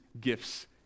gifts